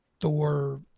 Thor